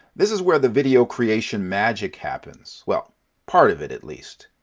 this is where the video creation magic happens, well part of it, at least.